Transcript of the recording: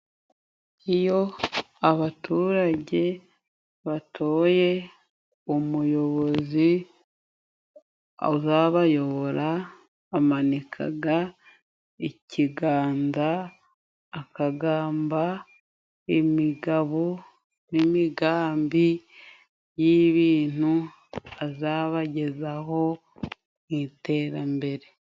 Iyo abaturage batoye umuyobozi uzabayobora amanikaga ikiganza akagamba imigabo n'imigambi y'ibintu azabagezaho mu iterambere.